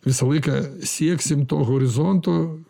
visą laiką sieksim to horizonto